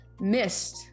missed